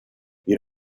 you